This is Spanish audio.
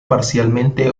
parcialmente